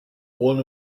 one